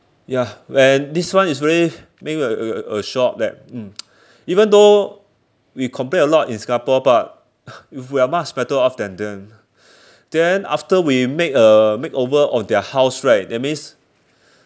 ya and this one is very make me a a a shock that mm even though we complain a lot in Singapore but we are much better off than them then after we make a makeover of their house right that means